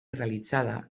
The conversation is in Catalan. realitzada